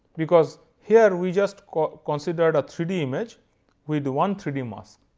because here we just considered a three d image with one three d mask,